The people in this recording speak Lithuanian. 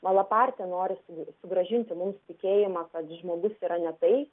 malapartei norisi sugrąžinti mums tikėjimą kad žmogus yra ne tai